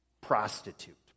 Prostitute